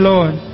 Lord